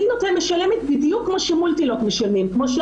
אני משלמת בדיוק כמו שהדואר משלם,